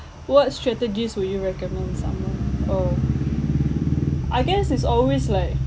what strategies will you recommend someone oh I guess is always like